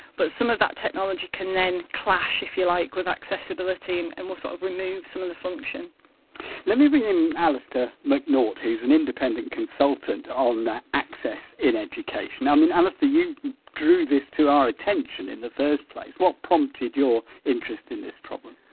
but some of that technology can then clash, if you like, with accessibility and and will sort of remove some of the function let me bring in alistair mcnaught, who's an independent consultant on access in education. i mean alistair, you drew this to our attention in the first place, what prompted your interest in this problem?